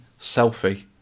selfie